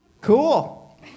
Cool